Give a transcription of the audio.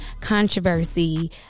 controversy